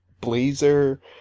blazer